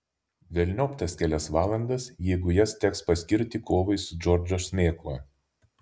velniop tas kelias valandas jeigu jas teks paskirti kovai su džordžo šmėkla